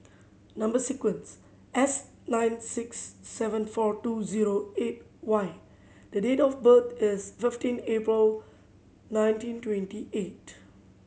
number sequence S nine six seven four two zero eight Y the date of birth is fifteen April nineteen twenty eight